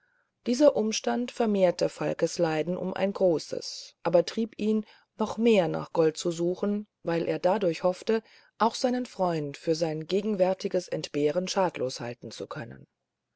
dieser umstand vermehrte falkes leiden um ein großes aber trieb ihn noch mehr nach gold zu suchen weil er dadurch hoffte auch seinen freund für sein gegenwärtiges entbehren schadlos halten zu können